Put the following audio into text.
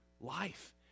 life